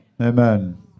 Amen